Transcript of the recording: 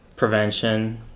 prevention